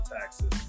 taxes